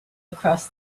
across